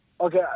Okay